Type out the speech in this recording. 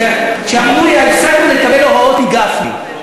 כשאמרו לי: אנחנו הפסקנו לקבל הוראות מגפני,